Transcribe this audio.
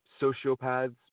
sociopaths